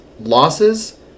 losses